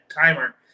timer